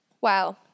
Wow